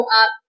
up